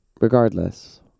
regardless